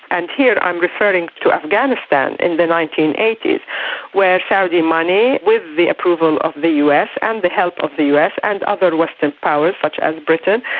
and here i'm referring to afghanistan in the nineteen eighty s where saudi money, with the approval of the us us and the help of the us and other western powers such as britain,